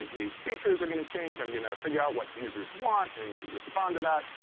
these features are going to change. i'm going to figure out what users want and respond to that.